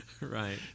right